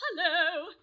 Hello